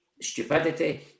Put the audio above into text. stupidity